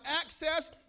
access